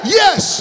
yes